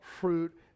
fruit